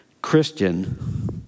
Christian